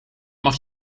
mag